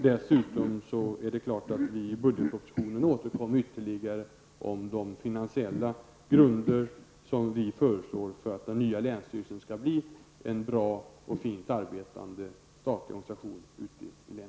Dessutom kommer regeringen naturligtvis att i budgetpropositionen föreslå de finansiella grunderna för att den nya länsstyrelsen skall kunna bli en bra och fint arbetande statlig organisation.